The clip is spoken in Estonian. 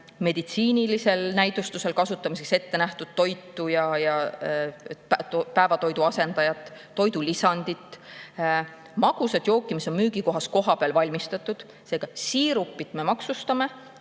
meditsiinilisel näidustusel kasutamiseks ettenähtud toitu ja päevatoidu asendajaid, toidulisandeid ja magusaid jooke, mis on müügikohas kohapeal valmistatud. Seega, siirupit me maksustame,